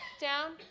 down